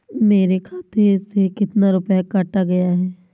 मेरे खाते से कितना रुपया काटा गया है?